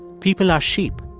people are sheep.